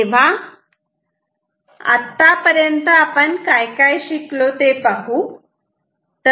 तेव्हा आतापर्यंत आपण काय काय शिकलो ते पाहू